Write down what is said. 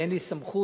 אין לי סמכות,